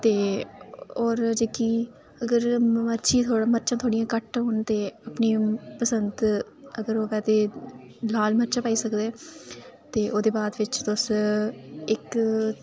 ते और जेह्की अगर मर्च गी मर्चां थोह्ड़ियां घट्ट होन ते अपनी पसंद अगर ओह् के आखदे लाल मर्चां पाई सकदे ते ओह्दे बाद बिच तुस इक